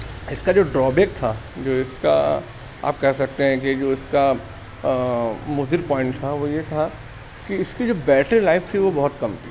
اس کا جو ڈروبیک تھا جو اس کا آپ کہہ سکتے ہیں کہ جو اس کا مضر پوائنٹ تھا وہ یہ تھا کہ اس کی جو بیٹری لائف تھی وہ بہت کم تھی